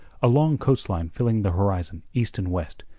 a long coast-line filling the horizon east and west,